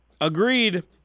Agreed